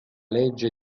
legge